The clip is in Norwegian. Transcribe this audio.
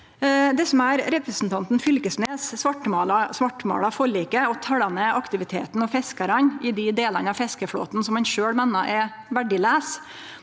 representanten Knag Fylkesnes svartmålar forliket og talar ned aktiviteten og fiskarane i dei delane av fiskeflåten han sjølv meiner er verdilaus,